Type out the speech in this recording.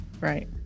Right